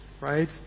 right